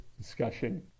discussion